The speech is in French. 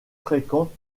fréquente